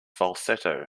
falsetto